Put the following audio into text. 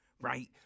right